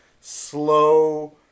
slow